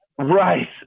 right